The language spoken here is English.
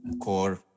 core